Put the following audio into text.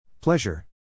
pleasure